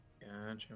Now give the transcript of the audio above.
Gotcha